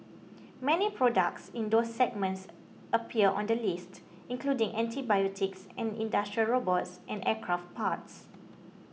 many products in those segments appear on the list including antibiotics and industrial robots and aircraft parts